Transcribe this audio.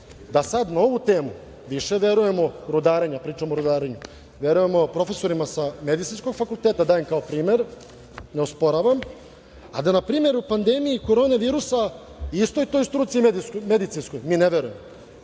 da sad na ovu temu više verujemo, rudarenja, pričam o rudarenju, verujemo profesorima sa medicinskog fakulteta, dajem kao primer, ne osporavam, a da na primer, u pandemiji korone virusa, istoj toj struci medicinskoj, mi ne verujemo.